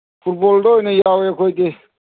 ꯐꯨꯠꯕꯣꯜꯗ ꯑꯣꯏꯅ ꯌꯥꯎꯋꯦ ꯑꯩꯈꯣꯏꯗꯤ